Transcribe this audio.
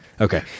Okay